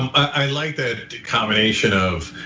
i like that combination of,